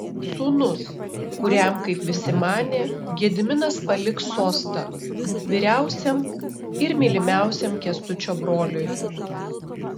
sūnus kuriam kaip visi manė gediminas paliks sostą vyriausiam ir mylimiausiam kęstučio broliui